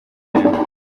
cyane